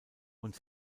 und